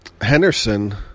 Henderson